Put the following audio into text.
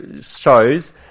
shows